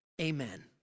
amen